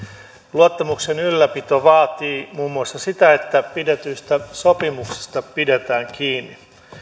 luottamuksen ylläpito vaatii muun muassa sitä että pidetyistä sopimuksista pidetään kiinni